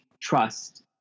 trust